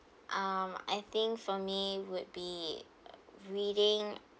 um I think for me would be uh reading